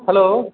hello